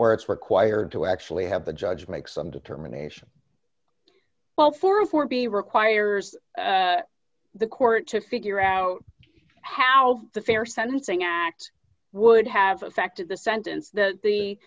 where it's required to actually have the judge make some determination well for a for b requires the court to figure out how the fair sentencing act would have affected the sentence the the